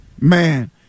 man